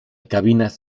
cabinas